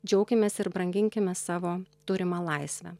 džiaukimės ir branginkime savo turimą laisvę